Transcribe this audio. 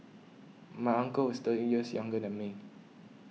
my uncle is thirty years younger than me